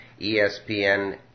ESPN